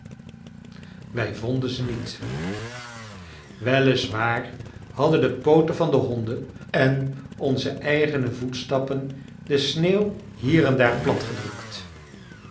wij vonden ze niet wel is waar hadden de pooten van de honden en onze eigene voetstappen de sneeuw hier en daar